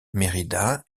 mérida